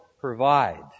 provide